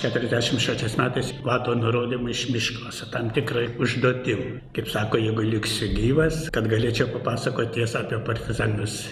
keturiasdešim šeštais metais vado nurodymu iš miško su tam tikrai užduotim kaip sako jeigu liksiu gyvas kad galėčiau papasakot tiesą apie partizanus